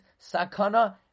sakana